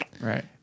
right